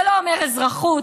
זה לא אומר אזרחות,